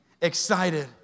excited